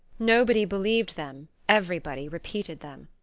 nobody believed them, everybody repeated them.